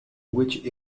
which